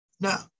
Now